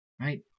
right